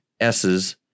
S's